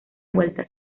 vuelta